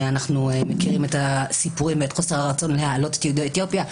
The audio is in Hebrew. אנחנו מכירים את הסיפורים ואת חוסר הרצון להעלות את יהודי אתיופיה,